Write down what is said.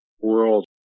world